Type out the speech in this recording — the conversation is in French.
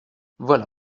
voilà